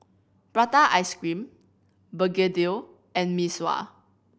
prata ice cream begedil and Mee Sua